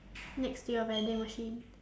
next to your vending machine